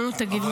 נו, תגיד לי.